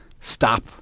stop